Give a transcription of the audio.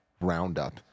roundup